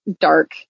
dark